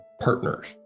partners